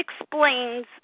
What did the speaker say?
explains